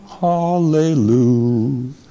hallelujah